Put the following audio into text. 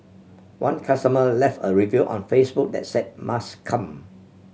one customer left a review on Facebook that said must come